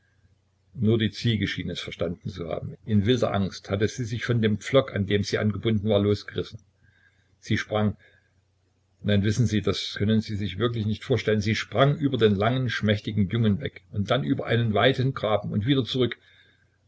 nur die ziege schien es verstanden zu haben in wilder angst hatte sie sich von dem pflock an dem sie angebunden war losgerissen sie sprang nein wissen sie das können sie sich wirklich nicht vorstellen sie sprang über den langen schmächtigen jungen weg und dann über einen weiten graben und wieder zurück